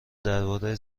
درباره